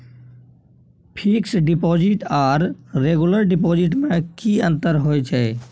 Fix deposit आर regular deposit में की अंतर होय छै?